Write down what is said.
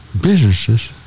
businesses